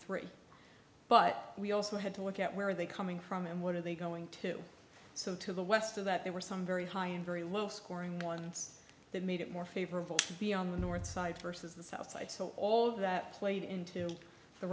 three but we also had to work out where are they coming from and what are they going to so to the west of that there were some very high and very low scoring ones that made it more favorable to be on the north side versus the south side so all that played into the